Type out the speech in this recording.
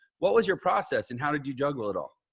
what was your process and how did you juggle it all?